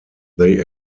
they